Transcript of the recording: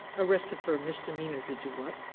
arrested for a misdemeanor to do what?